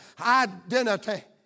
identity